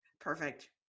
Perfect